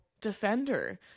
defender